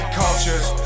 cultures